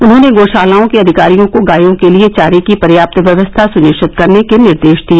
उन्होंने गोशालाओं के अधिकारियों को गायों के लिए चारे की पर्याप्त व्यवस्था सुनिश्चित करने के निर्देश दिए